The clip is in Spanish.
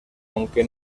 aunque